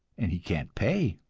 and he can't pay.